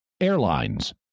Airlines